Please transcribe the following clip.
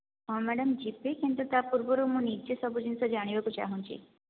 ହଁ ମ୍ୟାଡ଼ାମ ଯିବି କିନ୍ତୁ ତା ପୂର୍ବରୁ ମୁଁ ନିଜେ ସବୁ ଜିନିଷ ଜାଣିବାକୁ ଚାହୁଁଛି